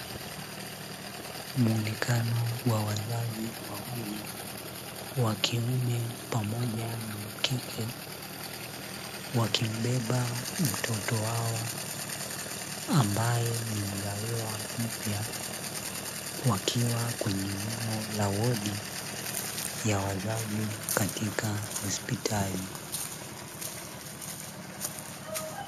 Muonekano wa wazazi wawili wakiume pamoja na wakike wakimbeba mtoto wao, ambaye ni mzaliwa mpya, wakiwa kwenye eneo la wodi ya wazazi katika hospitali.